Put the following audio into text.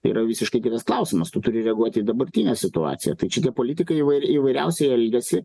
tai yra visiškai kitas klausimas tu turi reaguoti į dabartinę situaciją tai čia tie politikai įvair įvairiausiai elgiasi